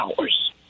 hours